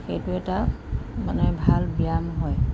সেইটো এটা মানে ভাল ব্যায়াম হয়